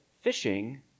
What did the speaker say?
fishing